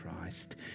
Christ